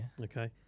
Okay